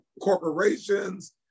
corporations